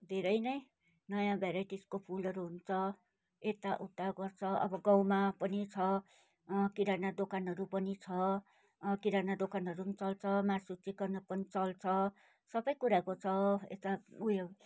धेरै नै नयाँ भेराइटिजको फुलहरू हुन्छ यता उता गर्छ अब गाउँमा पनि छ किराना दोकानहरू पनि छ किराना दोकनहरू पनि छ चल्छ मासु चिकनहरू पनि चल्छ सबै कुराको छ यता उयो